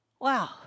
Wow